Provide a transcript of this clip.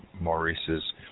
Maurice's